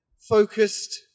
focused